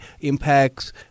impacts